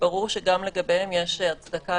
ברור שגם לגביהם יש הצדקה